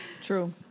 True